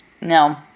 No